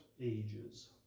ages